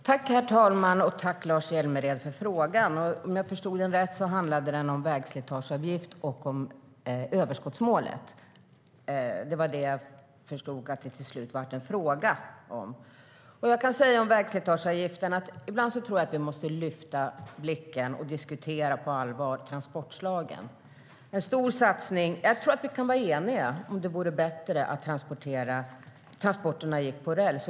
Herr ålderspresident! Jag tackar Lars Hjälmered för frågan. Den handlade om vägslitageavgiften och överskottsmålet, om jag förstod den rätt. När det gäller vägslitageavgiften tror jag att vi ibland måste lyfta blicken och på allvar diskutera transportslagen. Jag tror att vi kan vara eniga om att det vore bättre om transporterna gick på räls.